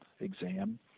exam